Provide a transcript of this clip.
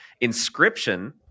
Inscription